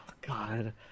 god